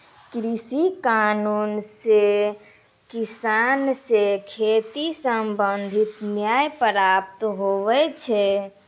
कृषि कानून से किसान से खेती संबंधित न्याय प्राप्त हुवै छै